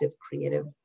creative